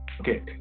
Okay